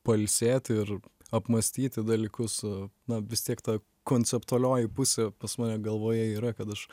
pailsėti ir apmąstyti dalykus na vis tiek ta konceptualioji pusė pas mane galvoje yra kad aš